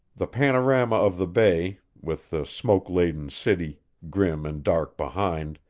the panorama of the bay, with the smoke-laden city, grim and dark behind,